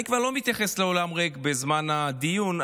אני כבר לא מתייחס לאולם הריק בזמן הדיון.